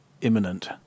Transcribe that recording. imminent